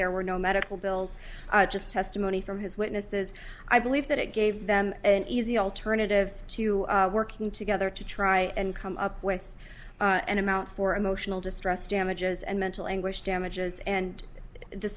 there were no medical bills just testimony from his witnesses i believe that it gave them an easy alternative to working together to try and come up with an amount for emotional distress damages and mental anguish damages and the